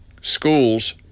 schools